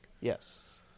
Yes